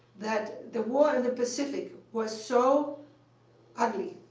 that the war in the pacific was so ugly,